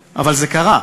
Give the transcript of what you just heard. דקירה,